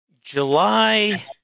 July